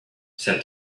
said